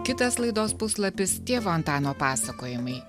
kitas laidos puslapis tėvo antano pasakojimai